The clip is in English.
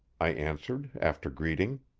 i answered, after greeting.